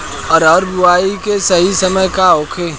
अरहर बुआई के सही समय का होखे?